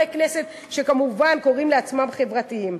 כנסת שכמובן קוראים לעצמם "חברתיים".